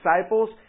disciples